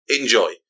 Enjoy